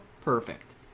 perfect